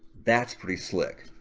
that's pretty slick.